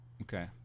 okay